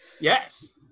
Yes